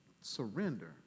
surrender